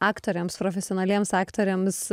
aktoriams profesionaliems aktoriams